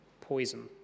poison